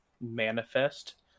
manifest